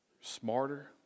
Smarter